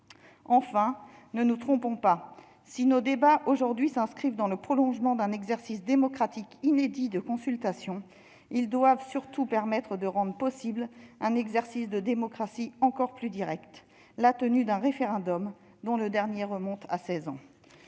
Enfin, ne nous trompons pas : si nos débats aujourd'hui s'inscrivent dans le prolongement d'un exercice démocratique inédit de consultation, ils doivent surtout permettre de rendre possible un exercice de démocratie encore plus directe : la tenue d'un référendum. Le dernier remonte à seize ans.